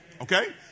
okay